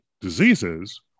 diseases